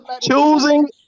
choosing